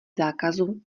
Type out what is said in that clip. zákazu